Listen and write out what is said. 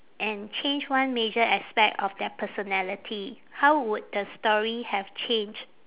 and change one major aspect of their personality how would the story have changed